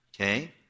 okay